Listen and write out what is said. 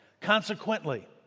consequently